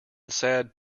sad